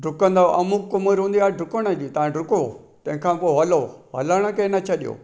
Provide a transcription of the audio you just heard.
डुकंदव अमुख उमिरि हूंदी आहे डुकण जी तव्हां डुको तंहिंखां पोइ हलो हलण खे न छॾियो